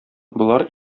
болар